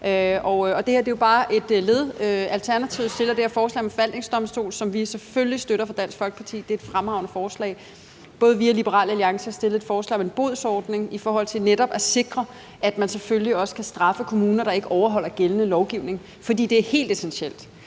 og det er jo som et led i det, når Alternativet fremsætter det her forslag om en forvaltningsdomstol, som vi selvfølgelig støtter fra Dansk Folkepartis side. Det er et fremragende forslag. Både vi og Liberal Alliance har fremsat et forslag om en bodsordning i forhold til netop at sikre, at man selvfølgelig også kan straffe kommuner, der ikke overholder gældende lovgivning. For det er også helt essentielt,